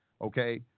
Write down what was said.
okay